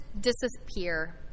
disappear